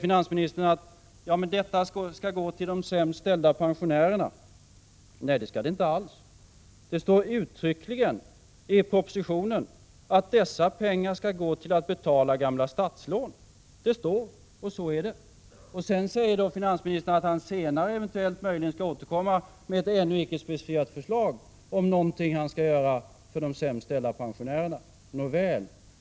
Finansministern säger att pengarna skall gå till de sämst ställda pensionärerna. Nej, det skall de inte alls. Det står uttryckligen i propositionen att dessa pengar skall gå till att betala gamla statslån. Sedan säger finansministern att han senare eventuellt skall återkomma med ett ännu icke specificerat förslag om någonting som han skall göra för de sämst ställda pensionärerna. Nåväl!